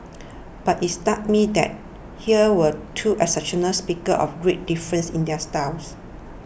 but it stuck me that here were two exceptional speakers of great difference in their styles